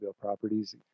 properties